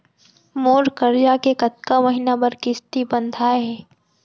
मोर करजा के कतका महीना बर किस्ती बंधाये हे?